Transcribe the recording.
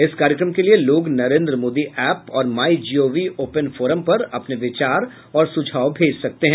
इस कार्यक्रम के लिए लोग नरेन्द्र मोदी ऐप और माई जीओवी ओपन फोरम पर अपने विचार और सुझाव भेज सकते हैं